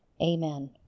Amen